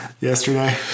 yesterday